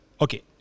okay